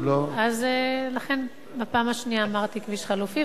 אז לכן בפעם השנייה אמרתי "כביש חלופי",